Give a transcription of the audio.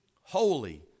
holy